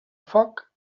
foc